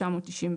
התשנ"ב-1992".